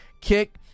kick